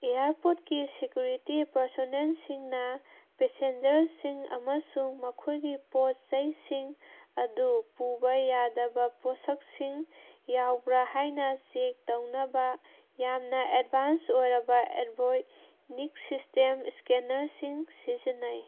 ꯏꯌꯥꯔꯄꯣꯔꯠꯀꯤ security ꯄꯔꯁꯣꯅꯦꯜꯁꯤꯡꯅ ꯄꯦꯁꯦꯟꯖꯔꯁꯤꯡ ꯑꯃꯁꯨꯡ ꯃꯈꯣꯏꯒꯤ ꯄꯣꯠ ꯆꯩꯁꯤꯡ ꯑꯗꯨ ꯄꯨꯕ ꯌꯥꯗꯕ ꯄꯣꯠꯁꯛꯁꯤꯡ ꯌꯥꯎꯕ꯭ꯔꯥ ꯍꯥꯏꯅ ꯆꯦꯛ ꯇꯧꯅꯕ ꯌꯥꯝꯅ ꯑꯦꯠꯕꯥꯏꯁ ꯑꯣꯏꯔꯕ ꯑꯦꯕꯣꯏꯅꯤꯛ ꯁꯤꯁꯇꯦꯝ ꯏꯁꯀꯦꯅꯔꯁꯤꯡ ꯁꯤꯖꯤꯟꯅꯩ